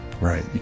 Right